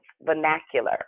vernacular